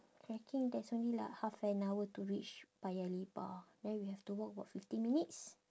trekking there's only like half an hour to reach paya lebar then we have to walk about fifteen minutes